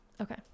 okay